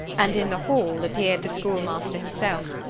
and in the hall appeared the schoolmaster himself,